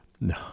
No